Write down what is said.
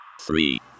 three